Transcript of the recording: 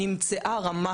נמצאה רמה